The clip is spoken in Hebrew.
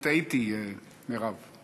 אני טעיתי, מרב.